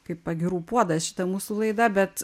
kaip pagyrų puodas šita mūsų laida bet